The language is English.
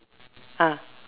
ah